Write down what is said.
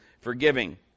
forgiving